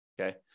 okay